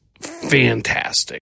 fantastic